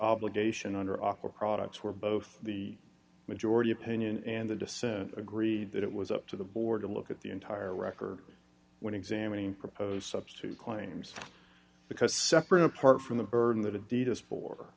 obligation under awkward products where both the majority opinion and the discern agreed that it was up to the board to look at the entire record when examining proposed substitute claims because separate apart from the burden that adidas for